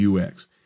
UX